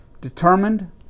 determined